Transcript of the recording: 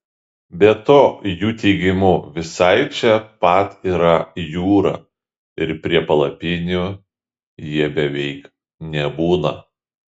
be to jų teigimu visai čia pat yra jūra ir prie palapinių jie beveik nebūna